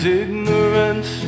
ignorance